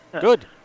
Good